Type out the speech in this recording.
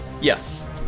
Yes